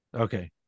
Okay